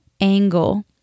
angle